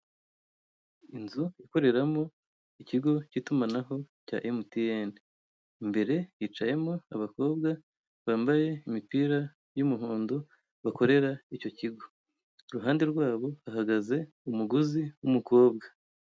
Inzu ikoreramo ikigo cy'itumanaho cya Emutiyeni. Imbere hicayemo abakobwa bambaye imipira y'umuhondo bakorera icyo kigo. Iruhande rwabo hahagaze umukguzi w'umukobwa.